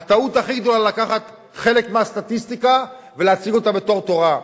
הטעות הכי גדולה היא לקחת חלק מהסטטיסטיקה ולהציג אותה בתור תורה.